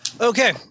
Okay